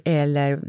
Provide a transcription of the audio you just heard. eller